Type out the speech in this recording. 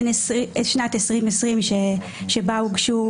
בשנת 2020 שבה הוגשו